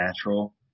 natural